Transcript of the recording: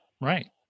Right